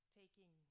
taking